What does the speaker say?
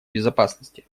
безопасности